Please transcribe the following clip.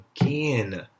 again